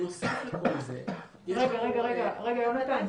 רגע יהונתן.